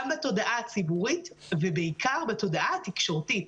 בתודעה הציבורית ובעיקר בתודעה התקשורתית.